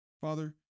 Father